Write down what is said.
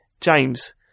James